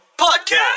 podcast